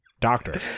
Doctor